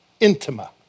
intima